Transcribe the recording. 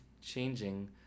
changing